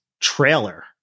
trailer